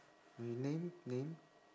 we name name